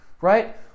right